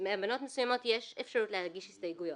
באמנות אחרות יש אפשרות להגיש הסתייגויות.